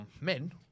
men